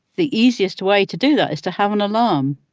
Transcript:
the easiest way to do that is to have an alarm,